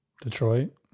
Detroit